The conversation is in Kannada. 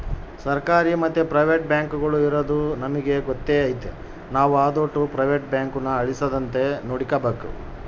ಸರ್ಕಾರಿ ಮತ್ತೆ ಪ್ರೈವೇಟ್ ಬ್ಯಾಂಕುಗುಳು ಇರದು ನಮಿಗೆ ಗೊತ್ತೇ ಐತೆ ನಾವು ಅದೋಟು ಪ್ರೈವೇಟ್ ಬ್ಯಾಂಕುನ ಅಳಿಸದಂತೆ ನೋಡಿಕಾಬೇಕು